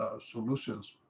solutions